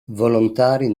volontari